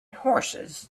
horses